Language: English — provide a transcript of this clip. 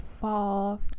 fall